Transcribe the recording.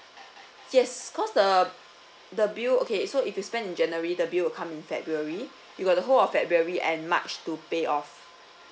yes because the the bill okay so if you spend in january the bill will come in february you got the whole of february and march to pay off